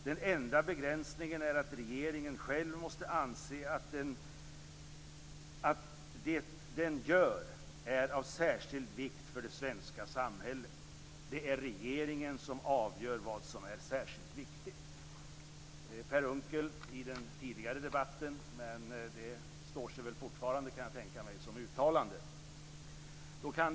Den enda begränsningen är att regeringen själv måste anse att det den gör är av särskild vikt för det svenska samhället. Det är regeringen som avgör vad som är särskilt viktigt. Per Unckel sade det i den tidigare debatten, och jag kan tänka mig att det fortfarande står som uttalande. Fru talman!